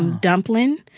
dumplin',